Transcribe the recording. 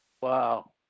Wow